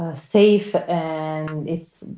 ah safe and it's